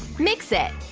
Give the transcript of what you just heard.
mix it.